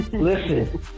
listen